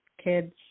kids